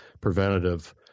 preventative